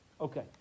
Okay